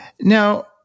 Now